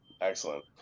excellent